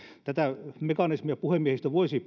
tätä mekanismia puhemiehistö voisi